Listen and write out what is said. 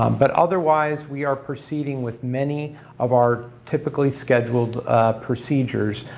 um but otherwise we are proceeding with many of our typically scheduled procedures,